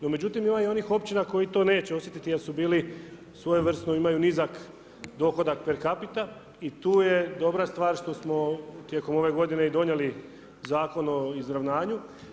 No, međutim ima i onih općina koji to neće osjetiti jer su bili svojevrsno imaju nizak dohodak per capita i tu je dobra stvar što smo tijekom ove godine i donijeli Zakon o izravnanju.